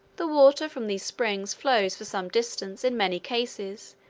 the water from these springs flows for some distance, in many cases,